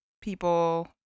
people